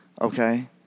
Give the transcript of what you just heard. okay